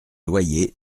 loyers